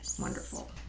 Wonderful